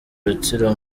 rutsiro